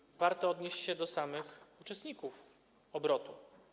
Zresztą warto odnieść się do samych uczestników obrotu.